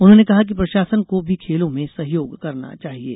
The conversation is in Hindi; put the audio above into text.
उन्होंने कहा कि प्रशासन को भी खेलों में सहयोग करना चाहिये